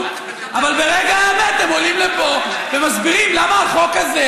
אבל ברגע האמת הם עולים לפה ומסבירים למה החוק הזה,